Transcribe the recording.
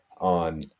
on